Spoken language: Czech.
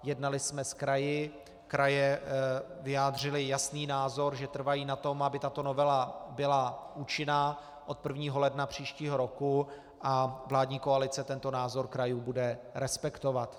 Jednali jsme s kraji, kraje vyjádřily jasný názor, že trvají na tom, aby tato novela byla účinná od 1. ledna příštího roku, a vládní koalice bude tento názor krajů respektovat.